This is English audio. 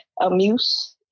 Amuse